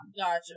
Gotcha